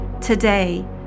Today